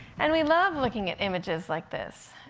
and we love looking at images like this.